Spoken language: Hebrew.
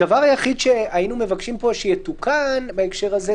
הדבר היחיד שהיינו מבקשים כאן שיתוקן בהקשר הזה,